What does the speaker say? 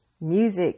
Music